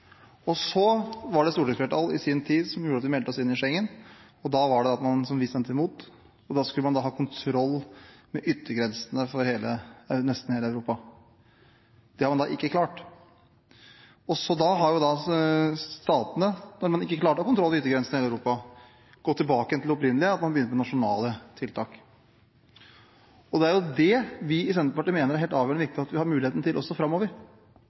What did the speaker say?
grunnholdning. Så var det et stortingsflertall som i sin tid gjorde at vi meldte oss inn i Schengen, som vi stemte imot, og da skulle man ha kontroll med yttergrensene for nesten hele Europa. Det har man ikke klart. Når man da ikke klarte å ha kontroll med yttergrensene i Europa, har statene gått tilbake igjen til det opprinnelige; man begynte med nasjonale tiltak. Det er det vi i Senterpartiet mener er helt avgjørende viktig at vi har muligheten til også framover,